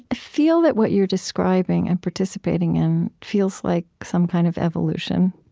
ah feel that what you are describing and participating in feels like some kind of evolution